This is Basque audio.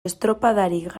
estropadarik